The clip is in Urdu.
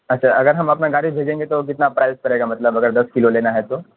اچھا اگر ہم اپنا گاڑی بھیجیں گے تو کتنا پرائز پڑے گا مطلب اگر دس کلو لینا ہے تو